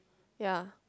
ya